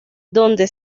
donde